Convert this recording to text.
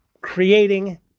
creating